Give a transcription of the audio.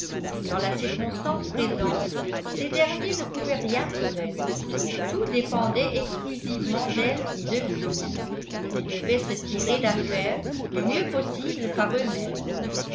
dans la circonstance présente ces derniers ne pouvaient rien pour elle tout dépendait exclusivement d'elle et de lui ils devaient se tirer d'affaires du mieux possible par eux-mêmes